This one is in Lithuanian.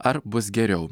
ar bus geriau